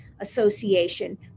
Association